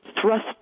thrust